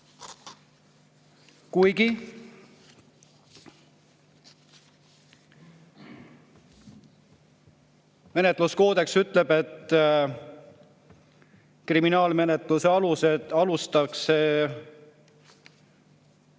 Kuigi menetluskoodeks ütleb, et kriminaalmenetlust alustatakse